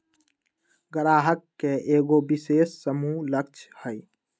गाहक के एगो विशेष समूह लक्ष हई